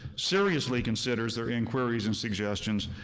seriously considers their inquiries and suggestions,